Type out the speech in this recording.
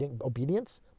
Obedience